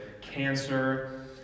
cancer